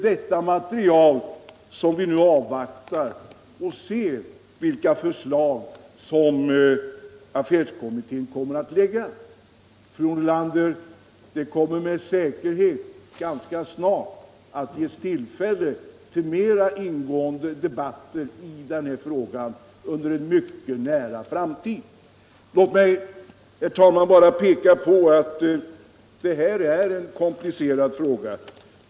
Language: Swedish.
Vi vill avvakta det förslag som affärstidskommittén kommer att framlägga. Då blir det tillfälle till mera ingående debatter i frågan. Men det här är en komplicerad fråga.